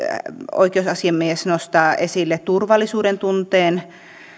oikeusasiamies nostaa esille turvallisuudentunteen